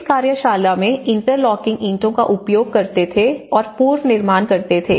इस कार्यशाला में इंटरलॉकिंग ईंटों का उपयोग करते थे और पूर्व निर्माण करते थे